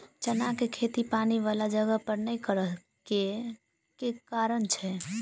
चना केँ खेती पानि वला जगह पर नै करऽ केँ के कारण छै?